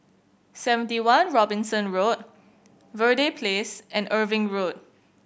Seventy One Robinson Road Verde Place and Irving Road